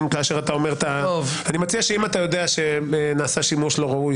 אני מציע שאם אתה יודע שנעשה שימוש לא ראוי,